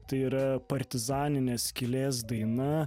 tai yra partizaninė skylės daina